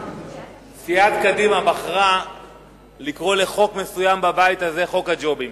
סיעת קדימה בחרה לקרוא לחוק מסוים בבית הזה חוק הג'ובים,